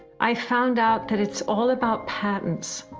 i found out that it's all about patents.